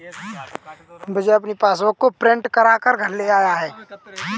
विजय अपनी पासबुक को प्रिंट करा कर घर लेकर आया है